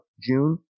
June